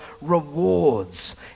rewards